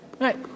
Right